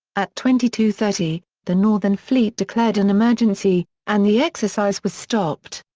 at twenty two thirty, the northern fleet declared an emergency, and the exercise was stopped.